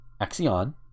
axion